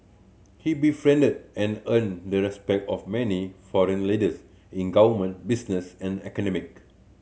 he befriended and earned the respect of many foreign leaders in government business and